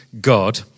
God